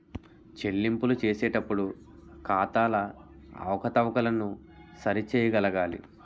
చెల్లింపులు చేసేటప్పుడు ఖాతాల అవకతవకలను సరి చేయగలగాలి